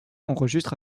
enregistre